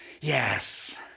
yes